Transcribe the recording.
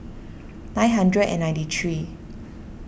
nine hundred and ninety three